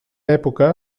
època